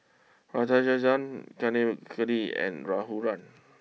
Kaneganti and Raghuram